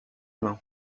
plein